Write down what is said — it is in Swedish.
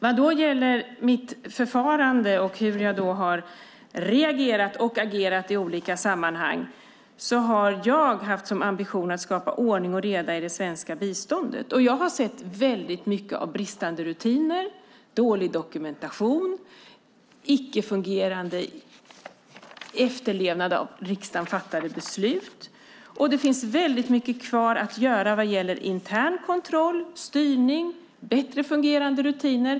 Vad gäller mitt förfarande och hur jag har reagerat och agerat i olika sammanhang har jag haft som ambition att skapa ordning och reda i det svenska biståndet. Jag har sett väldigt mycket av bristande rutiner, dålig dokumentation och icke-fungerande efterlevnad av beslut fattade av riksdagen. Och det finns väldigt mycket kvar att göra vad gäller intern kontroll, styrning och bättre fungerande rutiner.